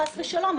חס ושלום.